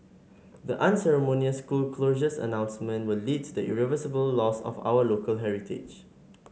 the unceremonious school closures announcement will lead to the irreversible loss of our local heritage